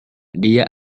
dia